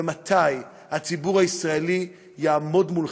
ומתי, הציבור הישראלי יעמוד מולכם,